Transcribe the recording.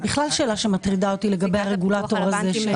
זאת בכלל שאלה שמטרידה אותי לגבי הרגולטור הזה.